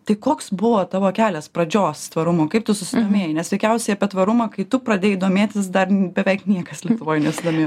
tai koks buvo tavo kelias pradžios tvarumo kaip tu susidomėjai nes veikiausiai apie tvarumą kai tu pradėjai domėtis dar beveik niekas lietuvoj nesidomėjo